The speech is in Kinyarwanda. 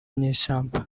nyeshyamba